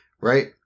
Right